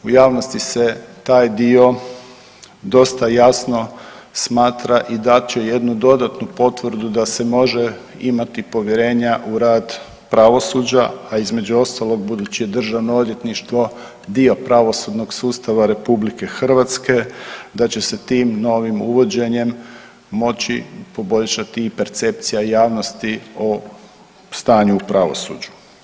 U javnosti se taj dio dosta jasno smatra i dat će jednu dodatnu potvrdu da se može imati povjerenja u rad pravosuđa, a između ostalog budući je državno odvjetništvo dio pravosudnog sustava RH da će se tim novim uvođenjem moći poboljšati i percepcija javnosti o stanju u pravosuđu.